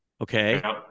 Okay